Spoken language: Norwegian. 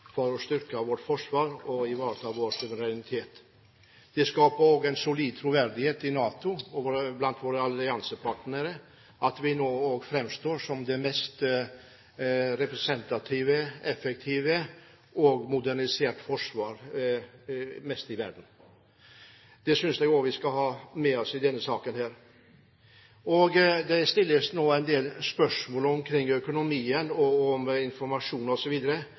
for å styrke vårt forsvar og ivareta vår suverenitet. Det skaper også en solid troverdighet i NATO og blant våre alliansepartnere at vi nå fremstår som det landet med det mest representative, effektive og moderniserte forsvar i verden. Det synes jeg også vi skal ha med oss i denne saken. Det stilles nå en del spørsmål omkring økonomien, om informasjon